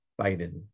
Biden